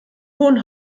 hohen